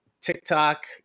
TikTok